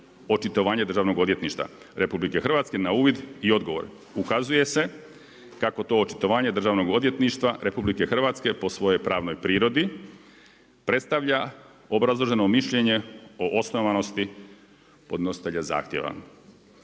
očitovanje Državnog odvjetništva RH na uvid i odgovor. Ukazuje se kako to očitovanje Državnog odvjetništva RH, po svojoj pravnoj prirodi predstavlja obrazloženo mišljenje o osnovanosti podnositelja zahtjeva.